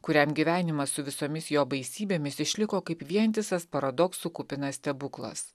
kuriam gyvenimas su visomis jo baisybėmis išliko kaip vientisas paradoksų kupinas stebuklas